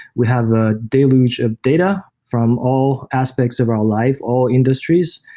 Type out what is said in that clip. we have a deluge of data from all aspects of our life, all industries,